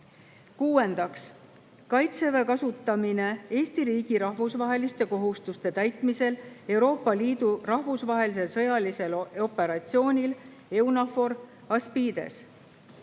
Kuuendaks, "Kaitseväe kasutamine Eesti riigi rahvusvaheliste kohustuste täitmisel Euroopa Liidu rahvusvahelisel sõjalisel operatsioonil EUNAVFOR ASPIDES".